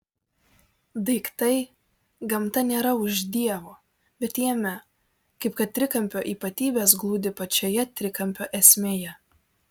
daiktai gamta nėra už dievo bet jame kaip kad trikampio ypatybės glūdi pačioje trikampio esmėje